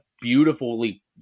beautifully